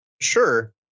Sure